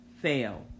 fail